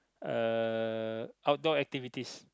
uh outdoor activities